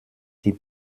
die